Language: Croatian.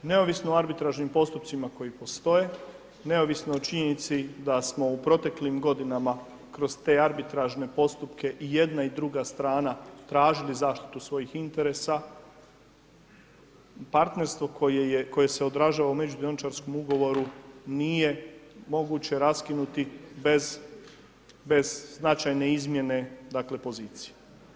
Neovisno o arbitražnim postupcima koji postoje, neovisno o činjenici da smo u proteklim godinama kroz te arbitražne postupke i jedna i druga strana tražili zaštitu svojih interesa, partnerstvo koje je, koje se odražava u međudioničarskom ugovoru nije moguće raskinuti bez, bez značajne izmjene dakle pozicije.